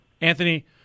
Anthony